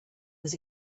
was